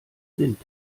sind